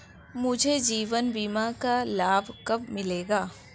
मुझे जीवन बीमा का लाभ कब मिलेगा?